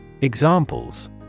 Examples